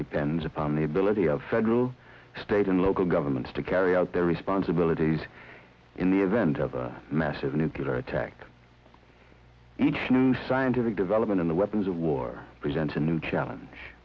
depends upon the ability of federal state and local governments to carry out their responsibilities in the event of a massive nuclear attack each new scientific development in the weapons of war presents a new challenge